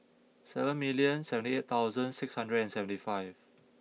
seven million seventy eight thousand six hundred and seventy five